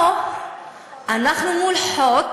פה אנחנו מול חוק